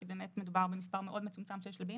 כי באמת מדובר במספר מאוד מצומצם של שלבים.